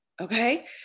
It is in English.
Okay